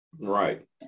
Right